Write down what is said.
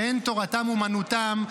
שאין תורתם אומנותם,